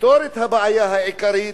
ולפתור את הבעיה העיקרית,